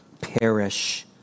perish